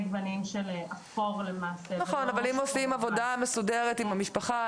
אבל אם עושים עבודה מסודרת עם המשפחה,